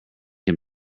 him